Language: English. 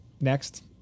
next